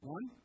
One